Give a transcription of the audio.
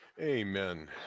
Amen